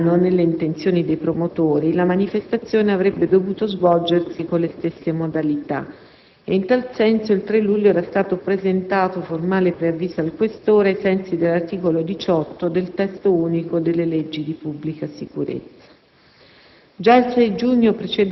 Anche quest'anno, nelle intenzioni dei promotori, la manifestazione avrebbe dovuto svolgersi con le stesse modalità, ed in tal senso il 3 luglio era stato presentato formale preavviso al questore, ai sensi dell'articolo 18 del Testo unico delle leggi di pubblica sicurezza.